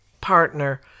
partner